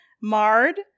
marred